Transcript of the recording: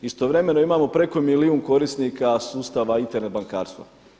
Istovremeno imamo preko milijun korisnika sustava Internet bankarstva.